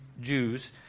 Jews